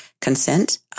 consent